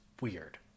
weird